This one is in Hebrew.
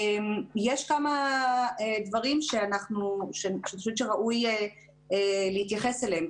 יש כמה דברים שאני חושבת שראוי להתייחס אליהם.